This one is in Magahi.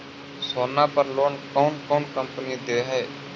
सोना पर लोन कौन कौन कंपनी दे है?